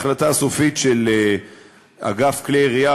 ההחלטה הסופית של אגף כלי ירייה,